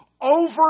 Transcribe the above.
over